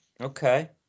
okay